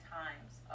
times